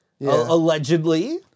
allegedly